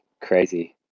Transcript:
crazy